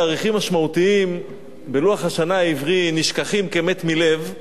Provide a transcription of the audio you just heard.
תאריכים משמעותיים בלוח השנה העברי נשכחים כמת מלב,